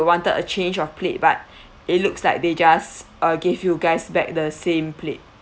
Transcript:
wanted a change of plate but it looks like they just uh give you guys back the same plate